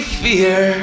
fear